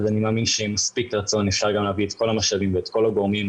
אני מאמין שעם מספיק רצון אפשר להביא גם את כל המשאבים ואת כל הגורמים,